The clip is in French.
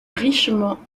richement